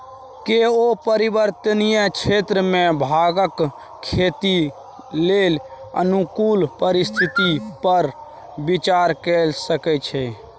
केओ पर्वतीय क्षेत्र मे भांगक खेती लेल अनुकूल परिस्थिति पर विचार कए सकै छै